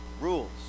Rules